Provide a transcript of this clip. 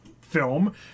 film